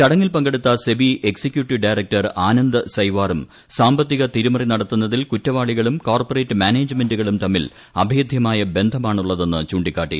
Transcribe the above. ചടങ്ങിൽ പങ്കെടുത്ത SEBI executive director Anand സയ്വാറും സാമ്പത്തിക തിരിമറി നടത്തുന്നതിൽ കുറ്റവാളികളും കോർപ്പറേറ്റ് മാനേജ്മെന്റുകളും തമ്മിൽ അഭേദ്യമായ ബന്ധമാണുളളതെന്ന് ചൂണ്ടിക്കാട്ടി